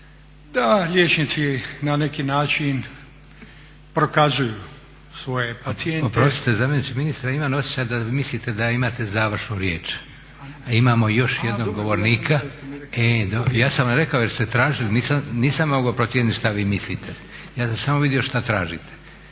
da liječnici na neki način prokazuju svoje pacijente.